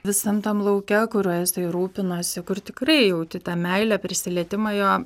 visam tam lauke kuriuo jisai rūpinosi kur tikrai jauti tą meilę prisilietimą jo